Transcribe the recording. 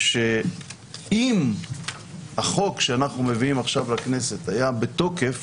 שאם החוק שאנחנו מביאים עכשיו לכנסת היה בתוקף